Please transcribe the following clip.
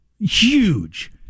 Huge